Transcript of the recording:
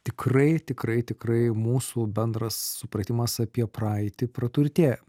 tikrai tikrai tikrai mūsų bendras supratimas apie praeitį praturtėja